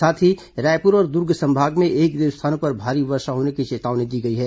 साथ ही रायपुर और दुर्ग संभाग में एक दो स्थानों पर भारी वर्षा होने की चेतावनी दी गई है